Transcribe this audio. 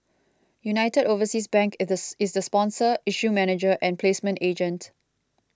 United Overseas Bank is the sponsor issue manager and placement agent